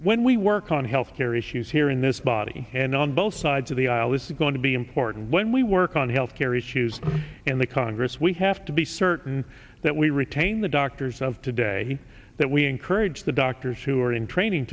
when we work on health care issues here in this body and on both sides of the aisle is going to be important when we work on health care issues in the congress we have to be certain that we retain the doctors of today that we encourage the doctors who are in training